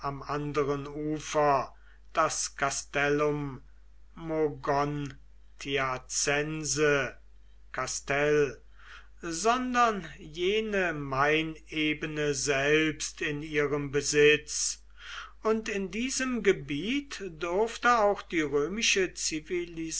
anderen ufer das castellum mogontiacense kastel sondern jene mainebene selbst in ihrem besitz und in diesem gebiet durfte auch die römische